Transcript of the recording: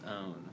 own